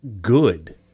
good